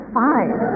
fine